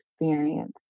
experience